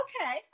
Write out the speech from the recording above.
okay